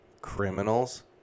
criminals